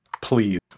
please